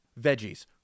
Veggies